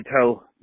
tell